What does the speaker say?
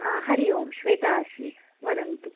हरिः ओं श्वेता अस्मि वदन्तु